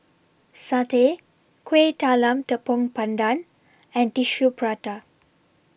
Satay Kuih Talam Tepong Pandan and Tissue Prata